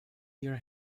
your